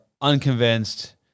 Unconvinced